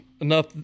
enough